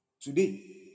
Today